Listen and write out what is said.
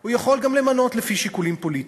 והוא יכול גם למנות לפי שיקולים פוליטיים.